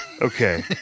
Okay